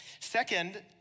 Second